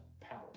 power